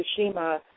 Fukushima